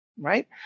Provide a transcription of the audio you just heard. right